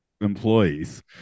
employees